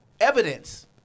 evidence